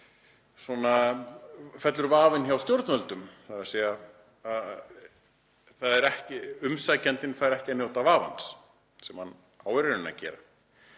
fellur vafinn hjá stjórnvöldum, þ.e. umsækjandinn fær ekki að njóta vafans sem hann á í rauninni að gera.